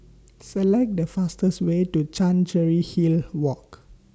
Select The fastest Way to Chancery Hill Walk